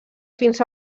fins